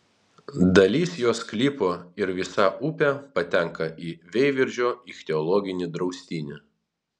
dalis jo sklypo ir visa upė patenka į veiviržo ichtiologinį draustinį